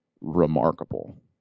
remarkable